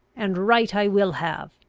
and right i will have.